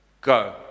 go